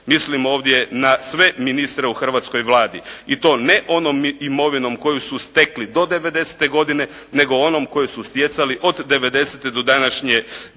Mislim ovdje na sve ministre u Hrvatskoj Vladi i to ne onom imovinom koju su stekli do devedesete godine, nego onom koju su stjecali od devedesete do današnjeg